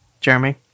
Jeremy